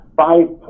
five